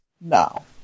No